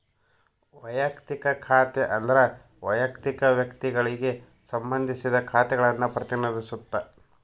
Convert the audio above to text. ವಯಕ್ತಿಕ ಖಾತೆ ಅಂದ್ರ ವಯಕ್ತಿಕ ವ್ಯಕ್ತಿಗಳಿಗೆ ಸಂಬಂಧಿಸಿದ ಖಾತೆಗಳನ್ನ ಪ್ರತಿನಿಧಿಸುತ್ತ